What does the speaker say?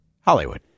Hollywood